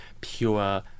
pure